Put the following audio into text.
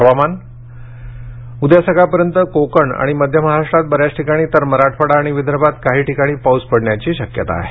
हवामान उद्या सकाळपर्यंत कोकण आणि मध्य महाराष्ट्रात बऱ्याच ठिकाणी तर मराठवाडा आणि विदर्भात काही ठिकाणी पाऊस पडण्याची शक्यता आहे